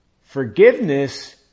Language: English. Forgiveness